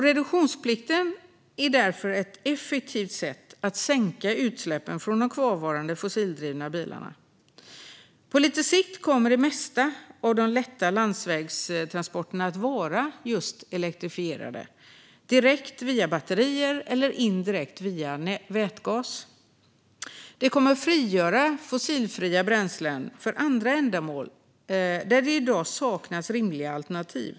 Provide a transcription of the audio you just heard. Reduktionsplikten är därför ett effektivt sätt att sänka utsläppen från de kvarvarande fossildrivna bilarna. På lite sikt kommer de flesta av de lätta landsvägstransporterna att vara elektrifierade, direkt via batterier eller indirekt via vätgas. Det kommer att frigöra fossilfria bränslen för andra ändamål där det i dag saknas rimliga alternativ.